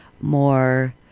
more